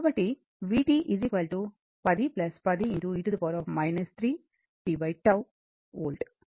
కాబట్టి vt 10 10 e 3tꚍ volt